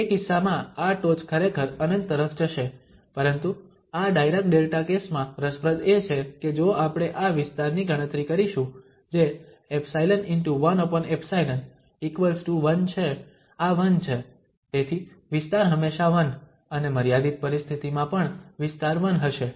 તેથી તે કિસ્સામાં આ ટોચ ખરેખર ∞ તરફ જશે પરંતુ આ ડાયરાક ડેલ્ટા કેસમાં રસપ્રદ એ છે કે જો આપણે આ વિસ્તારની ગણતરી કરીશું જે 𝜖✕1𝜖1 છે આ 1 છે તેથી વિસ્તાર હંમેશા 1 અને મર્યાદિત પરિસ્થિતિમાં પણ વિસ્તાર 1 હશે